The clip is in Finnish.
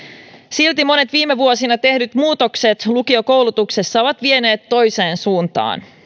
silti monet viime vuosina tehdyt muutokset lukiokoulutuksessa ovat vieneet toiseen suuntaan